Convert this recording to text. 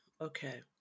Okay